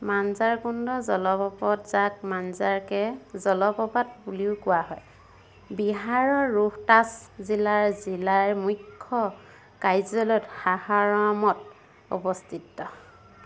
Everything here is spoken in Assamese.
মাঞ্জাৰ কুণ্ড জলপ্ৰপাত যাক মাঞ্জাৰ কে জলপ্ৰপাত বুলিও কোৱা হয় বিহাৰৰ ৰোহতাছ জিলাৰ জিলাৰ মূখ্য কাৰ্য্যালয়ত সাসাৰামত অৱস্থিত